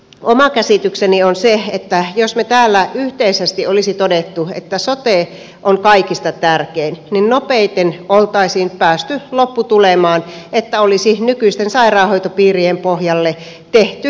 oma käsitykseni on se että jos me täällä yhteisesti olisimme todenneet että sote on kaikista tärkein niin nopeiten oltaisiin päästy lopputulemaan että olisi nykyisten sairaanhoitopiirien pohjalle tehty uudet sotet